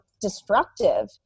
destructive